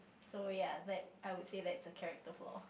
so ya is like I would say that's a character flaw